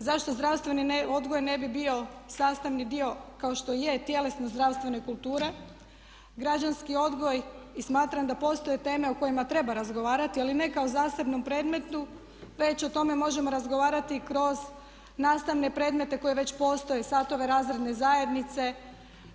Zašto zdravstveni odgoj ne bi bio sastavni dio kao što je tjelesno zdravstvene kulture, građanski odgoj i smatram da postoje teme o kojima treba razgovarati ali ne ako kao zasebnom predmetu već o tome možemo razgovarati kroz nastavne predmete koji već postoje, satove razredne zajednice,